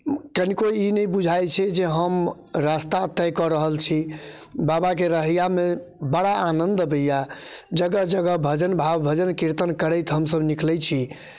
कनिको ई नहि बुझाइत छै जे हम रास्ता तय कऽ रहल छी बाबाके रहैयामे बड़ा आनन्द अबैए जगह जगह भजन भाव भजन कीर्तन करैत हमसभ निकलैत छी